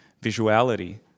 visuality